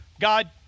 God